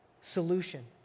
Solution